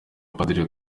padiri